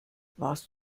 warst